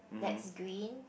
that's green